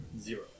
Zero